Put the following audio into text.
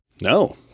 No